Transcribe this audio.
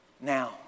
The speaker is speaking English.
now